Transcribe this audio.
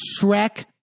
Shrek